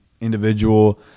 individual